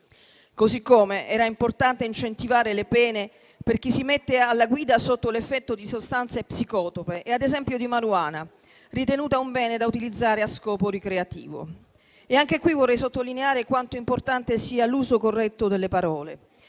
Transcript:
così come era importante incentivare le pene per chi si mette alla guida sotto l'effetto di sostanze psicotrope e ad esempio di marijuana, ritenuta un bene da utilizzare a scopo ricreativo. A questo riguardo vorrei sottolineare quanto sia importante l'uso corretto delle parole.